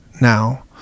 now